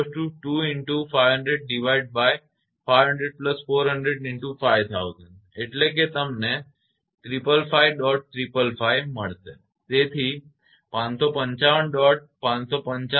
555 volt સમાન બાબત આ એક તમે પણ વાપરી શકો છો